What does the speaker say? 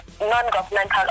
non-governmental